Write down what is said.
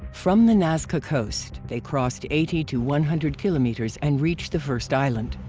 from the nazca coast, they crossed eighty to one hundred kilometers and reached the first island.